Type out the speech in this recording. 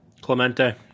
Clemente